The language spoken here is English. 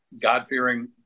God-fearing